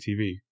TV